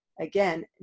Again